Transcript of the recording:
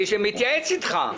אני מתייעץ איתך.